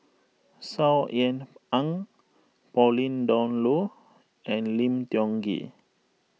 Saw Ean Ang Pauline Dawn Loh and Lim Tiong Ghee